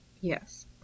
Yes